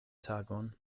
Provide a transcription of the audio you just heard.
tagon